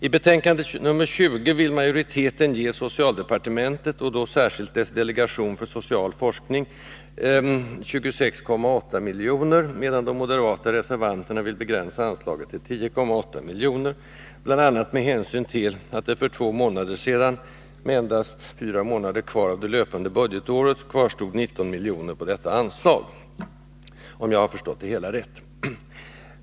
I betänkande nr 20 vill majoriteten ge socialdepartementet — och då särskilt dess delegation för social forskning — 26,8 milj.kr., medan de moderata reservanterna vill begränsa anslaget till 10,8 milj.kr., bl.a. med hänsyn till att det för två månader sedan med endast fyra månader kvar av det löpande budgetåret kvarstod 19 milj.kr. på detta anslag, om jag har förstått det hela rätt.